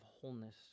wholeness